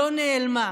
לא נעלמה,